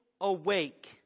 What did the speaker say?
awake